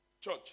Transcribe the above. Church